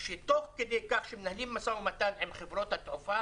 שתוך כדי שמנהלים משא ומתן עם חברות התעופה,